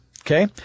Okay